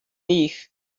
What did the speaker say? live